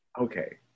Okay